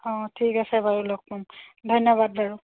অঁ ঠিক আছে বাৰু লগ পাম ধন্যবাদ বাৰু